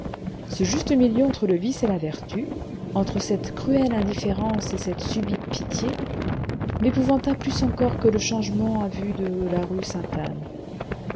ce juste milieu entre le vice et la vertu entre cette cruelle indifférence et cette subite pitié m'épouvanta plus encore que le changement à vue de la rue sainte-anne